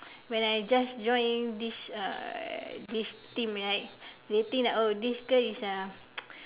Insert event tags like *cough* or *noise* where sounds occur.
when I just join this uh this team right they think like oh this girl is uh *noise*